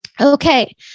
Okay